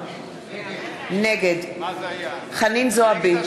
נגד חנין זועבי,